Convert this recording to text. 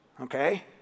okay